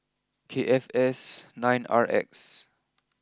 K F S nine R X